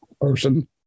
person